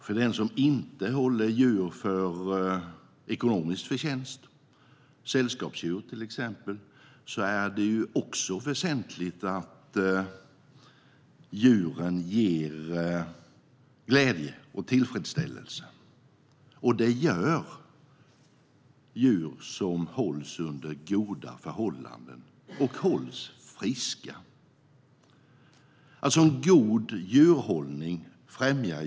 För dem som inte håller djur för ekonomisk förtjänst, till exempel sällskapsdjur, är det också väsentligt att djuren ger glädje och tillfredsställelse. Och det gör djur som hålls under goda förhållanden och som hålls friska.